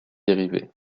dérivées